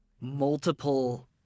multiple